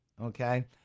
okay